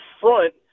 front